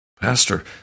Pastor